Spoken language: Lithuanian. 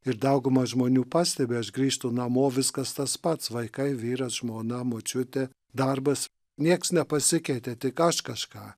ir dauguma žmonių pastebi aš grįžtu namo viskas tas pats vaikai vyras žmona močiutė darbas nieks nepasikeitė tik aš kažką